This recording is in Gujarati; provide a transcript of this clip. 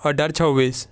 અઢાર છવ્વીસ